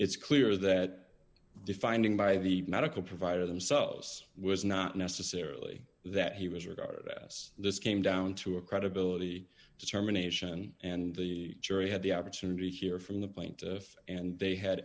it's clear that the finding by the medical provider themselves was not necessarily that he was regarded as this came down to a credibility determination and the jury had the opportunity to hear from the point and they had